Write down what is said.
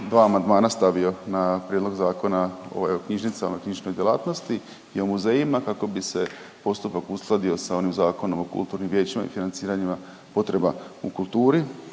dva amandmana stavio na prijedlog Zakona o knjižnicama i knjižničnoj djelatnosti i o muzejima kako bi se postupak uskladio sa onim Zakonom o kulturnim vijećima i financiranjima potreba u kulturi